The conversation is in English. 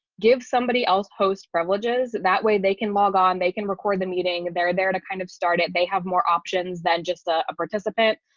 give somebody else hosts privileges. that way they can log on, they can record the meeting, and they're there to kind of start it, they have more options than just a participant.